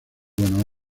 buenos